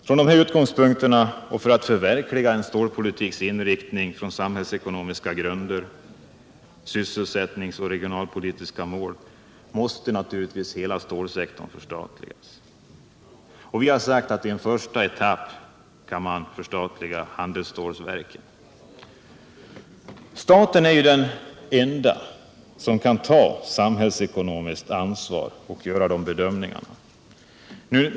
Från dessa utgångspunkter och för att förverkliga stålpolitikens inriktning med hänsyn till samhällsekonomiska grunder samt sysselsättningsoch regionalpolitik måste naturligtvis hela stålsektorn förstatligas. Vi har sagt att i en första etapp kan man förstatliga handelsstålverken. Det är endast staten som kan ta samhällsekonomiskt ansvar och göra bedömningarna.